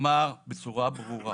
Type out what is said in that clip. אמר בצורה ברורה